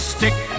Stick